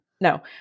No